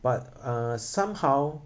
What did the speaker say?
but uh somehow